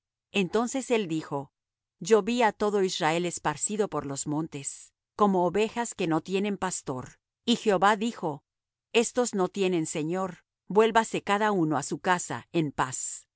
entonces él dijo yo ví á todo israel esparcido por los montes como ovejas que no tienen pastor y jehová dijo estos no tienen señor vuélvase cada uno á su casa en paz